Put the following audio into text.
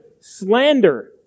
slander